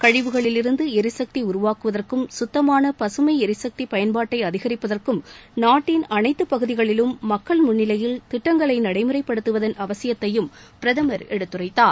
கழிவுகளிலிருந்து எரிசக்தி உருவாக்குவதற்கும் சுத்தமான பசுமை எரிசக்தி பயன்பாட்டை அதிகரிப்பதற்கும் நாட்டின் அனைத்துப் பகுதிகளிலும் மக்கள் முன்னிலையில் திட்டங்களை நடைமுறைப்படுத்துவதன் அவசியத்தையும் பிரதமர் எடுத்துரைத்தார்